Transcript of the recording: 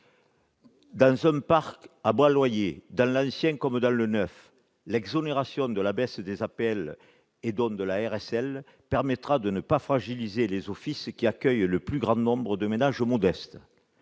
Dans un parc à bas loyer, dans l'ancien comme dans le neuf, l'exonération de la baisse des APL et, donc, de la RLS permettra de ne pas fragiliser les offices qui accueillent le plus grand nombre de ménages modestes.